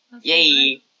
yay